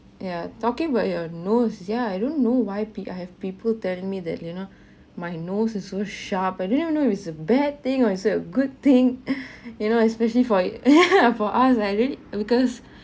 ya talking about your nose yeah I don't know why peo~ I have people tell me that you know my nose is so sharp I didn't even know of its a bad thing or is it a good thing you know especially for it for us I really because